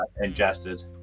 ingested